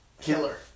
Killer